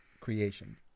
creation